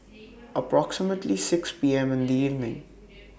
approximately six P M in The evening